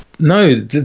No